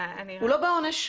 הוא לא בעונש.